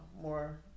more